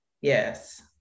Yes